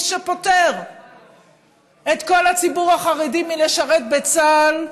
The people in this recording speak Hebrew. שפוטר את כל הציבור החרדי מלשרת בצה"ל.